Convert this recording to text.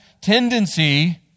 tendency